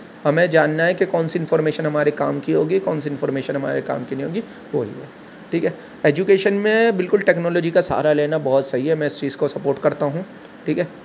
ہمیں جاننا ہے کہ کون سی انفامیشن ہمارے کام کی ہوگی کون سی انفارمیشن ہمارے کام کی نہیں ہوگی وہی ہے ٹھیک ہے ایجوکیشن میں بالکل ٹیکنالوجی کا سہارا لینا بہت صحیح ہے میں اس چیز کو سپورٹ کرتا ہوں ٹھیک ہے